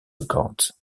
records